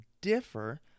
differ